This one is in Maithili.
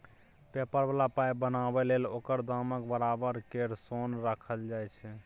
पेपर बला पाइ बनाबै लेल ओकर दामक बराबर केर सोन राखल जाइ छै